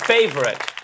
Favorite